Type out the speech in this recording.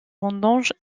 vendanges